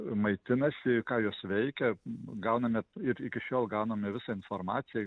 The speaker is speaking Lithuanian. maitinasi ką jos veikia gauname ir iki šiol gauname visą informaciją